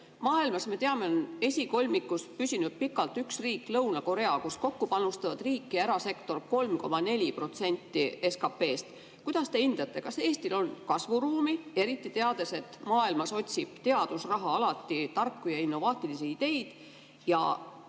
Maailmas, me teame, on esikolmikus püsinud pikalt üks riik, Lõuna-Korea, kus riik ja erasektor panustavad kokku 3,4% SKP‑st. Kuidas te hindate, kas Eestil on kasvuruumi, eriti teades, et maailmas otsib teadusraha alati tarku ja innovaatilisi ideid? Kas